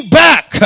back